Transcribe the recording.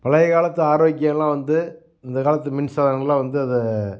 பழைய காலத்து ஆரோக்கியமெல்லாம் வந்து இந்த காலத்து மின்சாதனங்களெலாம் வந்து அதை